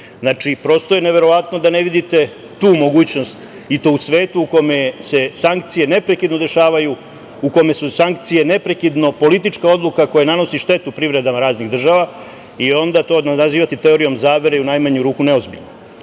prosto je neverovatno da ne vidite tu mogućnost i to u svetu u kome se sankcije neprekidno dešavaju, u kome su sankcije neprekidno politička odluka koja nanosi štetu privredama raznih država i onda to nazivati teorijom zavere i u najmanju ruku neozbiljno. Što